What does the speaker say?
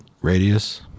radius